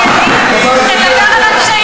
תדבר על הפשעים של המחבלים.